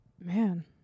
Man